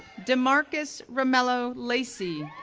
damarcus romelo lacy,